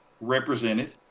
represented